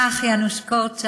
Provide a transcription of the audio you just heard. כך אמר יאנוש קורצ'אק,